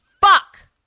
Fuck